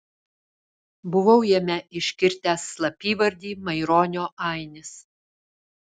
buvau jame iškirtęs slapyvardį maironio ainis